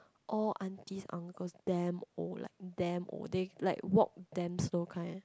all aunties uncles damn old like damn old like they walk damn slow kind